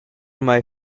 mei